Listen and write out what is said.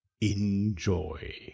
Enjoy